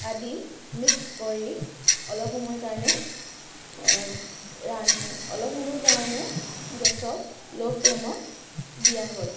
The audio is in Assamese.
আদি মিক্স কৰি অলপ সময় কাৰণে ৰান্ অলপ সময়ৰ কাৰণে গেছত ল' ফ্লেমত দিয়া হ'ল